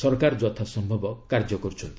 ସରକାର ଯଥାସମ୍ଭବ କାର୍ଯ୍ୟ କରୁଛନ୍ତି